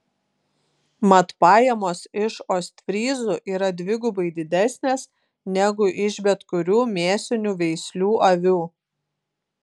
mat pajamos iš ostfryzų yra dvigubai didesnės negu iš bet kurių mėsinių veislių avių